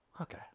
Okay